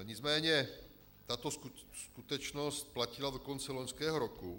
Nicméně tato skutečnost platila do konce loňského roku.